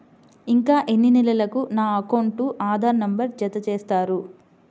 ఇంకా ఎన్ని నెలలక నా అకౌంట్కు ఆధార్ నంబర్ను జత చేస్తారు?